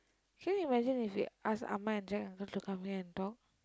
can you imaging if they ask amma and Jack uncle to come here and talk